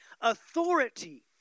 authority